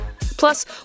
Plus